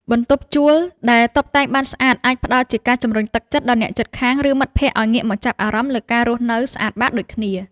បន្ទប់ជួលដែលតុបតែងបានស្អាត អាចផ្ដល់ជាការជម្រុញទឹកចិត្តដល់អ្នកជិតខាង ឬមិត្តភក្តិឱ្យងាកមកចាប់អារម្មណ៍លើការរស់នៅស្អាតបាតដូចគ្នា។